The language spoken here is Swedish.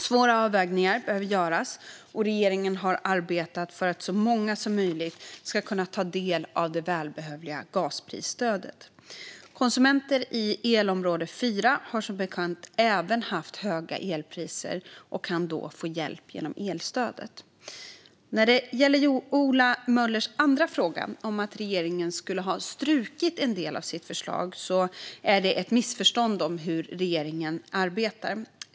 Svåra avvägningar behöver göras, och regeringen har arbetat för att så många som möjligt ska kunna ta del av det välbehövliga gasprisstödet. Konsumenter i elområde 4 har som bekant även haft höga elpriser och kan då få hjälp genom elstödet. När det gäller Ola Möllers andra fråga, om att regeringen skulle ha strukit en del av sitt förslag, är det ett missförstånd om hur regeringen arbetar.